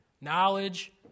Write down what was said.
Knowledge